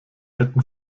hätten